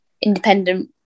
independent